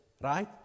right